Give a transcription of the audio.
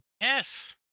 Yes